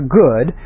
good